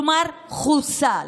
כלומר חוסל.